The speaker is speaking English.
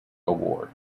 award